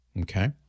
Okay